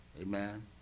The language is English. Amen